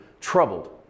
troubled